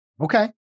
Okay